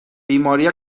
بیماری